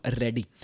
ready